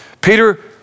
Peter